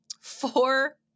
four